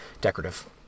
decorative